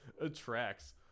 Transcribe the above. attracts